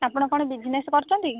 ଆପଣ କ'ଣ ବିଜନେସ୍ କରୁଛନ୍ତି କି